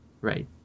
right